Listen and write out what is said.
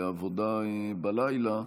לעבודה בלילה,